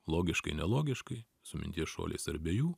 logiškai nelogiškai su minties šuoliais ar be jų